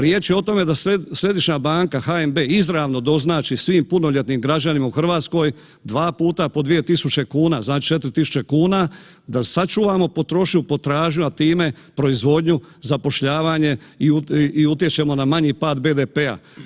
Riječ je o tome da središnja banka, HNB izravno doznači svim punoljetnim građanima u Hrvatskoj 2x po 2000 kuna, znači 4000 kuna, da sačuvamo potrošnju, potražnju, a time proizvodnju, zapošljavanje i utječemo na manji pad BDP-a.